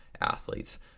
athletes